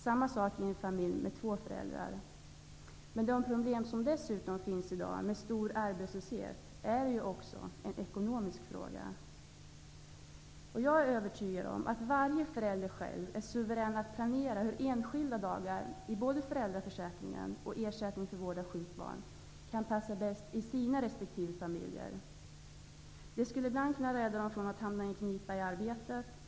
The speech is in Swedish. Samma sak gäller familjer med två föräldrar. Men med de problem som dessutom finns i dag och som har med den stora arbetslösheten att göra är detta också en ekonomisk fråga. Jag är övertygad om att varje förälder själv är suverän att planera hur enskilda dagar i både föräldraförsäkringen och ersättningen för vård av sjukt barn bäst kan passa i resp. familj. Ibland skulle det kunna rädda föräldrarna från att hamna i knipa på arbetet.